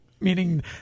Meaning